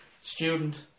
student